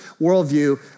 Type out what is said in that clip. worldview